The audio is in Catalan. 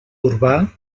urbà